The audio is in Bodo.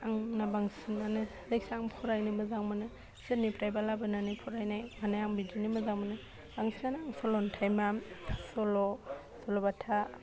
आंना बांसिनानो जायखिया आं फरायनो मोजां मोनो सोरनिफ्रायबा लाबोनानै फरायनाय मानाय आं बिदिनो मोजां मोनो बांसिनानो आं सल'न्थाइमा सल' सल' बाथा